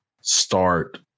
start